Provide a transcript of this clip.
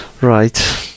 right